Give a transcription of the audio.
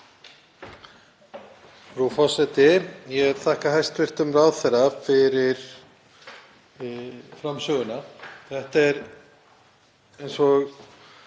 Frú forseti. Ég þakka hæstv. ráðherra fyrir framsöguna. Þetta er, eins og